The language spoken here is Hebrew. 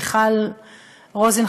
מיכל רוזין,